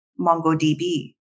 MongoDB